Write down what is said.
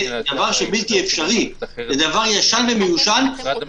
תבינו, לא יעלה על הדעת שבמערכת בתי